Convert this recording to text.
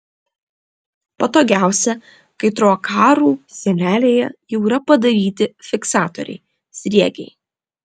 patogiausia kai troakarų sienelėje jau yra padaryti fiksatoriai sriegiai